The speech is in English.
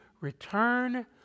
return